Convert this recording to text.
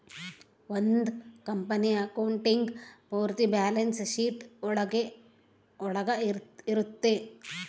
ಒಂದ್ company accounting ಪೂರ್ತಿ balance sheet ಒಳಗ ಇರುತ್ತೆ